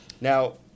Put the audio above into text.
Now